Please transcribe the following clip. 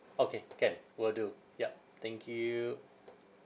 okay can will do yup thank you